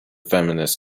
feminist